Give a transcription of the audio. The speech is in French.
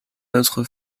notre